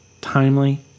Timely